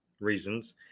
reasons